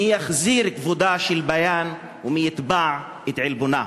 מי יחזיר את כבודה של ביאן ומי יתבע את עלבונה?